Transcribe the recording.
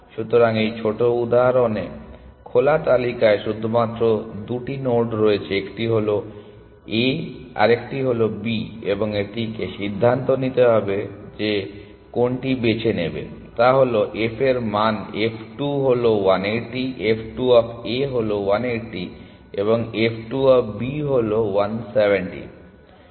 সুতরাং এই ছোট উদাহরণে খোলা তালিকায় শুধুমাত্র দুটি নোড রয়েছে একটি হল A আর একটি হল B এবং এটিকে সিদ্ধান্ত নিতে হবে যে এটি কোনটি বেছে নেবে তা হল f এর মান f 2 হল 180 f 2 অফ A হলো 180 এবং f 2 অফ B হল 170